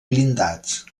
blindats